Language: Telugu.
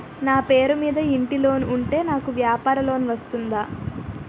నా పేరు మీద ఇంటి లోన్ ఉంటే నాకు వ్యాపార లోన్ వస్తుందా?